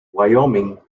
wyoming